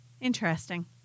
Interesting